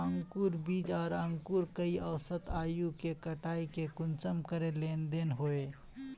अंकूर बीज आर अंकूर कई औसत आयु के कटाई में कुंसम करे लेन देन होए?